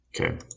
Okay